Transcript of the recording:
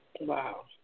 Wow